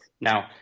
Now